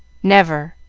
never!